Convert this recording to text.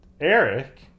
Eric